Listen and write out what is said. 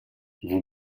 vous